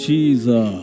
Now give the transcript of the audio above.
Jesus